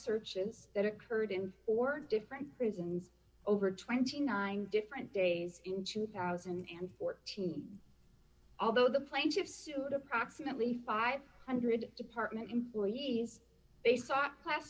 searches that occurred in or different prisons over twenty nine different days in two thousand and fourteen although the plaintiffs sued approximately five hundred department employees they sought class